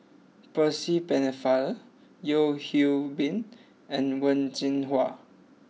Percy Pennefather Yeo Hwee Bin and Wen Jinhua